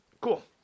Cool